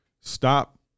Stop